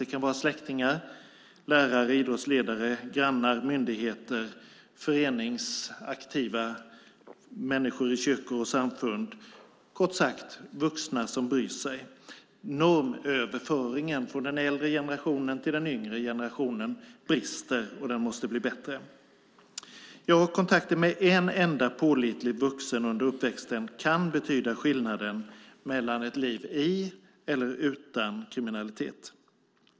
Det kan vara släktingar, lärare, idrottsledare, grannar, myndighetspersoner, föreningsaktiva och människor i kyrkor och samfund - kort sagt vuxna som bryr sig. Normöverföringen från den äldre generationen till den yngre brister och måste bli bättre. Kontakten med en enda pålitlig vuxen under uppväxten kan betyda skillnaden mellan ett liv i eller utan kriminalitet.